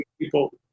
people